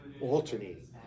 alternating